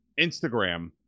Instagram